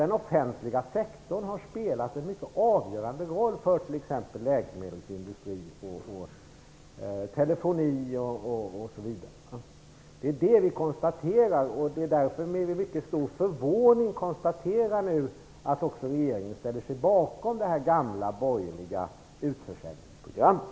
Den offentliga sektorn har spelat en mycket avgörande roll för t.ex. läkemedelsindustri, telefoni osv. Det är detta vi konstaterar. Därför är det med mycket stor förvåning vi nu konstaterar att regeringen ställer sig bakom det gamla borgerliga utförsäljningsprogrammet.